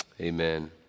Amen